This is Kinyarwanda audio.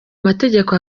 mategeko